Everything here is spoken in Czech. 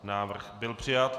Návrh byl přijat.